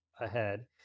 ahead